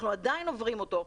אנחנו עדיין עוברים אותו,